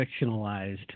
fictionalized